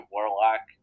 Warlock